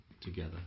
together